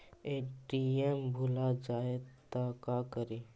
ATM भुला जाये त का करि?